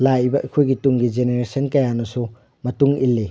ꯂꯥꯛꯏꯕ ꯑꯩꯈꯣꯏꯒꯤ ꯇꯨꯡꯒꯤ ꯖꯦꯅꯦꯔꯦꯁꯟ ꯀꯌꯥꯅꯁꯨ ꯃꯇꯨꯡ ꯏꯜꯂꯤ